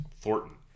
Thornton